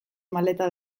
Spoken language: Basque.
maleta